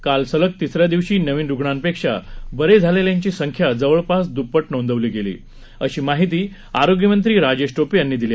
काल सलग तिसऱ्या दिवशी नवीन रुग्णांपेक्षा बरे झालेल्यांची संख्या जवळपास द्प्पट नोंदवली गेली आहे अशी माहिती आरोग्यमंत्री राजेश टोपे यांनी दिली